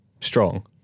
strong